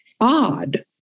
odd